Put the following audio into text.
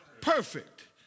Perfect